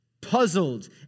puzzled